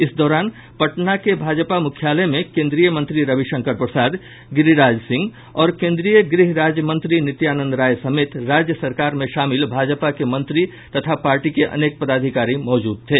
इस दौरान पटना के भाजपा मुख्यालय में केंद्रीय मंत्री रविशंकर प्रसाद गिरिराज सिंह और केंद्रीय गृह राज्य मंत्री नित्यानंद राय समेत राज्य सरकार में शामिल भाजपा के मंत्री तथा पार्टी के अनेक पदाधिकारी मौजूद थे